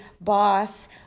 boss